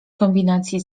kombinacji